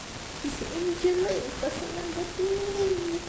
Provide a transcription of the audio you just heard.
his angelic personality